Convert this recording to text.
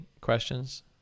questions